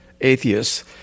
atheists